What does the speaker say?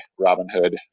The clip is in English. Robinhood